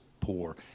poor